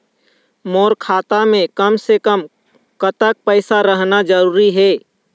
मोर खाता मे कम से से कम कतेक पैसा रहना जरूरी हे?